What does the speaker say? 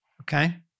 okay